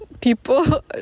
People